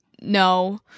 no